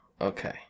Okay